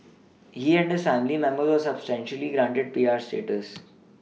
he and his family members were subsequently granted P R status